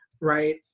right